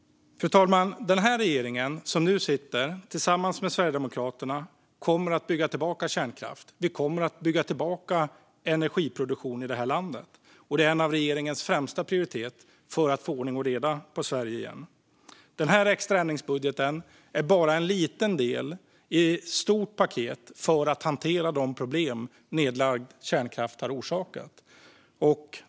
Fru talman! Den regering som nu sitter tillsammans med Sverigedemokraterna kommer att bygga tillbaka kärnkraft. Vi kommer att bygga tillbaka energiproduktion här i landet. Det är en av regeringens främsta prioriteter för att få ordning och reda på Sverige igen. Den extra ändringsbudgeten är bara en liten del i ett stort paket för att hantera de problem som nedlagd kärnkraft har orsakat.